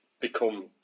become